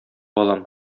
балам